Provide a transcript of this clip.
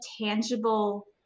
tangible